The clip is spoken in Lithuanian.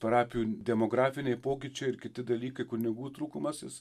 parapijų demografiniai pokyčiai ir kiti dalykai kunigų trūkumas jis